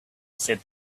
said